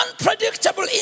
unpredictable